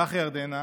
לך, ירדנה,